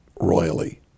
royally